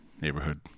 neighborhood